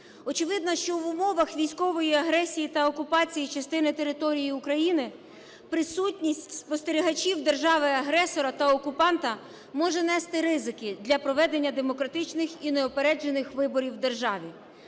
Очевидно, що в умовах військової агресії та окупації частини території України присутність спостерігачів держави-агресора та окупанта може нести ризики для проведення демократичних і неупереджених виборів в державі.